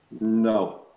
No